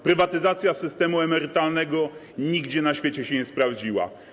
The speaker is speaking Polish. Prywatyzacja systemu emerytalnego nigdzie na świecie się nie sprawdziła.